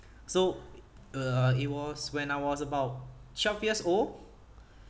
so uh it was when I was about twelve years old